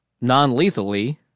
non-lethally